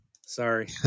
Sorry